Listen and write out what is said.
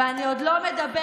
ואני עוד לא מדברת,